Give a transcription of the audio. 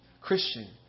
Christian